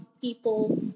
people